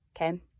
okay